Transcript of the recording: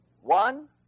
One